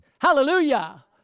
Hallelujah